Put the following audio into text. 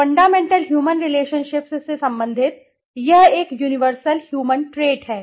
fundamental human relationships से संबंधित यह एक यूनिवर्सल ह्यूमन ट्रेट है